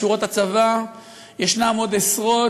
בשורות הצבא יש עוד עשרות,